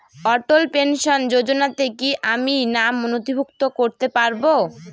অটল pension যোজনাতে কি আমি নাম নথিভুক্ত করতে পারবো?